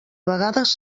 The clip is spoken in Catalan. vegades